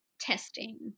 testing